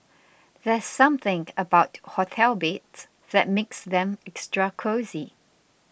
there's something about hotel beds that makes them extra cosy